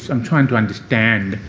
so i'm trying to understand.